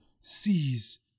sees